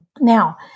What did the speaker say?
Now